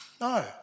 No